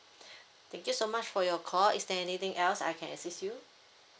thank you so much for your call is there anything else I can assist you